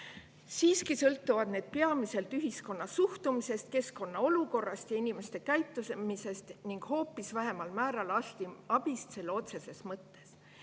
Siiski sõltuvad need peamiselt ühiskonna suhtumisest, keskkonna olukorrast ja inimeste käitumisest ning hoopis vähemal määral arstiabist selle otseses mõttes.